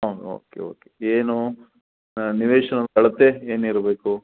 ಹಾಂ okay okay ಏನು ನಿವೇಶನದ ಅಳತೆ ಏನು ಇರಬೇಕು